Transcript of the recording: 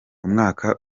umwaka